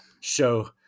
show